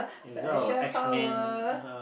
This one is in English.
special power